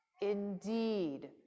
Indeed